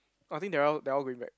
I think they all they all going back